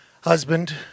Husband